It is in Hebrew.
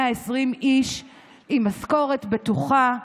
120 איש עם משכורת בטוחה,